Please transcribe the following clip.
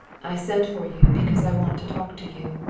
i sent for you because i want to talk to you.